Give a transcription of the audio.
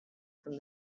from